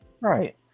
Right